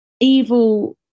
Evil